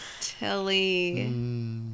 Tilly